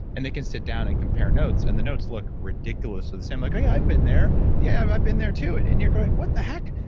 and they can sit down and compare notes, and the notes look ridiculously the same. like oh yeah, i've been there yeah, i've i've been there, too. and you're going what the heck,